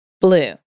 Blue